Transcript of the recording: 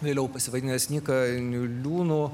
vėliau pasivadinęs nyka niliūnu